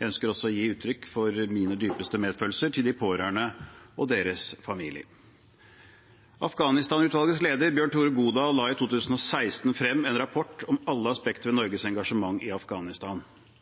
Jeg ønsker også å gi uttrykk for min dypeste medfølelse med de pårørende og deres familier. Afghanistan-utvalgets leder, Bjørn Tore Godal, la i 2016 frem en rapport om alle aspekter ved Norges engasjement i Afghanistan.